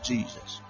Jesus